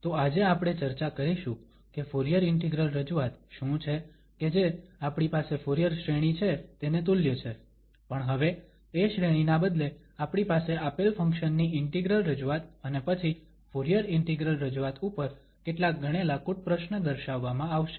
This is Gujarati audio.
તો આજે આપણે ચર્ચા કરીશુ કે ફુરીયર ઇન્ટિગ્રલ રજૂઆત શું છે કે જે આપણી પાસે ફુરીયર શ્રેણી છે તેને તુલ્ય છે પણ હવે એ શ્રેણીના બદલે આપણી પાસે આપેલ ફંક્શન ની ઇન્ટિગ્રલ રજૂઆત અને પછી ફુરીયર ઇન્ટિગ્રલ રજૂઆત ઉપર કેટલાક ગણેલા કૂટપ્રશ્ન દર્શાવવામાં આવશે